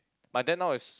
but then now it's